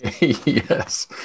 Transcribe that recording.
Yes